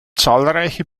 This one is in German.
zahlreiche